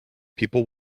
people